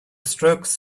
strokes